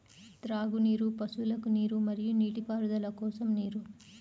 త్రాగునీరు, పశువులకు నీరు మరియు నీటిపారుదల కోసం నీరు